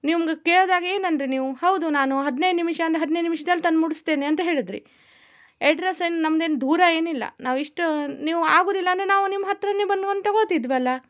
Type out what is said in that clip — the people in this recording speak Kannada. ನಿಮ್ಮದು ಕೇಳಿದಾಗ ಏನೆಂದಿರಿ ನೀವು ಹೌದು ನಾನು ಹದ್ನೈದು ನಿಮಿಷ ಅಂದ್ರೆ ಹದ್ನೈದು ನಿಮಿಷದಲ್ಲಿ ತಂದು ಮುಟ್ಟಿಸ್ತೇನೆ ಅಂತ ಹೇಳಿದಿರಿ ಅಡ್ರೆಸ್ ಏನು ನಮ್ದೇನು ದೂರ ಏನಿಲ್ಲ ನಾವು ಇಷ್ಟು ನೀವು ಆಗುವುದಿಲ್ಲ ಅಂದರೆ ನಾವು ನಿಮ್ಮ ಹತ್ರನೇ ಬಂದು ಒನ್ ತಗೊಳ್ತಿದ್ವಲ್ಲ